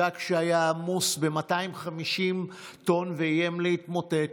גג שהיה עמוס ב-250 טון ואיים להתמוטט,